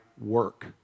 work